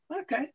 Okay